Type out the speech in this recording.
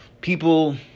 People